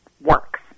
works